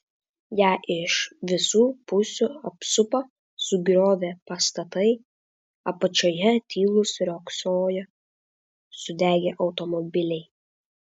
ją iš visų pusių apsupo sugriuvę pastatai apačioje tylūs riogsojo sudegę automobiliai